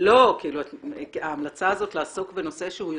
כי ההמלצה להמליץ לעסוק בנושא יותר